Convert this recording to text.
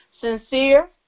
sincere